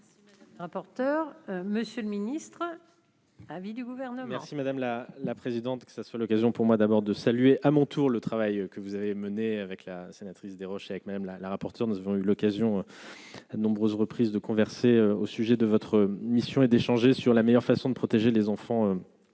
Madame la la présidente, que ça soit l'occasion pour moi d'abord de saluer à mon tour le travail que vous avez menée avec la sénatrice des rochers avec même la la rapporteure, nous avons eu l'occasion de nombreuses reprises de converser au sujet de votre mission et d'échanger sur la meilleure façon de protéger les enfants